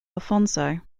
alfonso